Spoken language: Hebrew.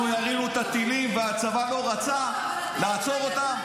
אנחנו ירינו את הטילים והצבא לא רצה לעצור אותם?